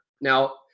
now